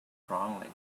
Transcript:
strongly